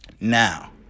Now